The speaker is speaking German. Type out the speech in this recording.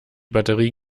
batterie